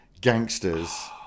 gangsters